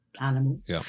animals